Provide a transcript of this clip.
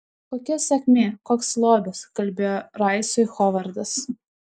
kokia sėkmė koks lobis kalbėjo raisui hovardas